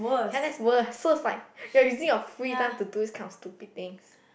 ya that's worse so is like you're using your free time to do these kind of stupid things